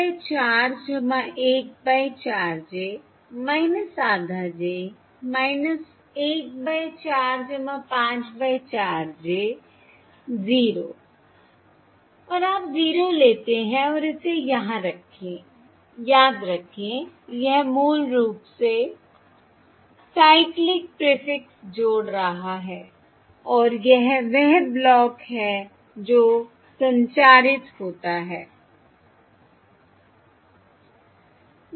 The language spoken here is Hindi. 5 बाय 4 1 बाय 4 j आधा j 1 बाय 4 5 बाय 4 j 0 और आप 0 लेते हैं और इसे यहां रखें याद रखें यह मूल रूप से साइक्लिक प्रीफिक्स जोड़ रहा है और यह वह ब्लॉक है जो संचारित होता है